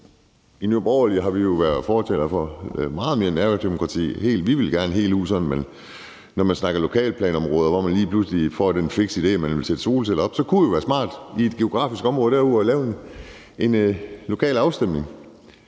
I Nye Borgerlige har vi været fortalere for meget mere nærdemokrati. Vi vil gerne helt derud, hvor det er sådan, når man snakker lokalplansområder, at hvis man lige pludselig får den fikse idé, at man vil sætte solceller op, kunne det jo være smart i det geografiske område at lave en lokal afstemning.